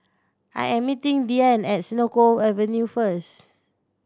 I am meeting Dianne at Senoko Avenue first